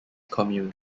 commune